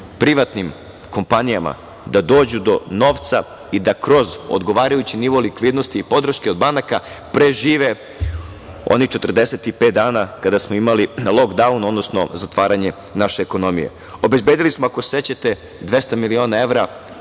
privatnim kompanijama da dođu do novca i da kroz odgovarajući nivo likvidnosti i podrške od banaka prežive onih 45 dana kada smo imali lokdaun, odnosno zatvaranje naše ekonomije. Obezbedili smo, ako se sećate, 200 miliona evra